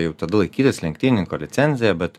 jau tada laikytis lenktynininko licenziją bet